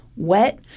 wet